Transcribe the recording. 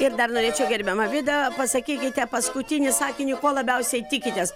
ir dar norėčiau gerbiama vida pasakykite paskutinį sakinį ko labiausiai tikitės